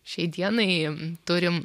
šiai dienai turim